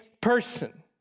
person